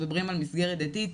אנחנו מדברים על מסגרת דתית.